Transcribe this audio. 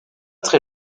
très